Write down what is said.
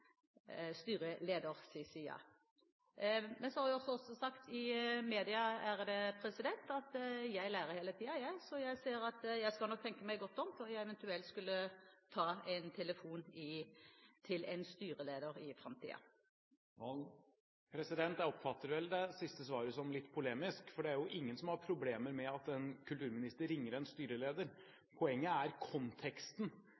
side. Men så har jeg også sagt i media at jeg lærer hele tiden, og jeg ser at jeg nok skal tenke meg godt om før jeg eventuelt tar en telefon til en styreleder i framtiden. Jeg oppfatter det siste svaret som litt polemisk, for det er jo ingen som har problemer med at en kulturminister ringer en